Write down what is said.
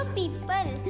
people